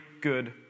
good